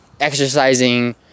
exercising